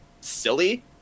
silly